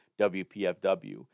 WPFW